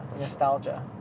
nostalgia